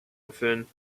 erfüllen